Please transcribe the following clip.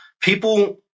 people